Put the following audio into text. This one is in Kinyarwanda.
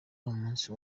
n’umunsi